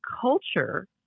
culture